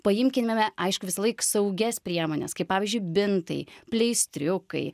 paimkimėme aišku visąlaik saugias priemones kaip pavyzdžiui bintai pleistriukai